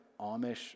Amish